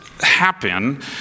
happen